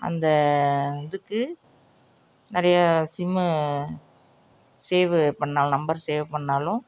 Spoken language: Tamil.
அந்த இதுக்கு நிறைய சிம்மு சேவ்வு பண்ணாலும் நம்பர் சேவ் பண்ணாலும்